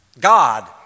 God